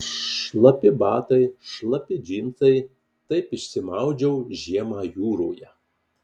šlapi batai šlapi džinsai taip išsimaudžiau žiemą jūroje